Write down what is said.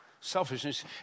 Selfishness